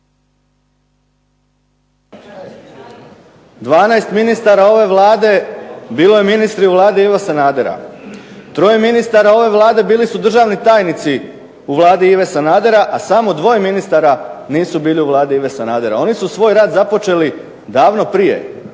12 ministara ove Vlade bilo je ministri Vlade Ive Sanadera, troje ministara ove Vlade bili su državni tajnici u Vladi Ive Sanadera, a samo dvoje ministara nisu bili u Vladi Ive Sanadera. Oni su svoj rad započeli davno prije,